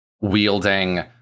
wielding